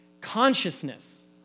consciousness